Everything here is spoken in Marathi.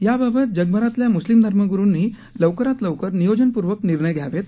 याबाबत जगभरातल्या म्स्लीम धर्मग्रुंनी लवकरात लवकर नियोजनपूर्वक निर्णय घ्यावेत